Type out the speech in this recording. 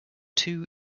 two